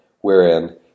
wherein